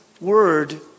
word